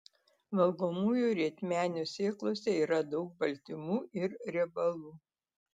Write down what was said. valgomųjų rietmenių sėklose yra daug baltymų ir riebalų